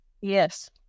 Yes